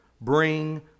bring